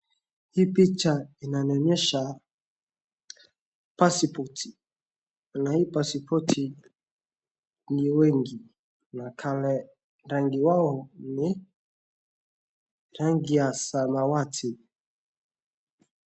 Hii picha inanionesha passport. Na hii passporti ni nyingi na rangi yao ni rangi ya samawati.